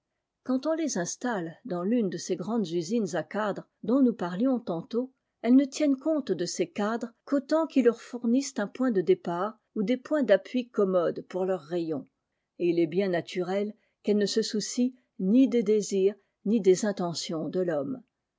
quand on les installe dans tune de ces grandes usines à cadres dont nous parlions tantôt elles ne tiennent compte de ces cadres qu'autant qu'ils leur fournissent un point de départ ou des points d'appui commodes pour leurs rayons et il est bien naturel qu'elles ne se soucient ni des désirs ni des intentions de l'homme